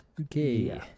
Okay